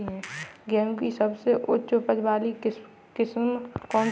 गेहूँ की सबसे उच्च उपज बाली किस्म कौनसी है?